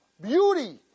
beauty